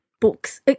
books